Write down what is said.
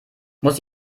muss